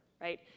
right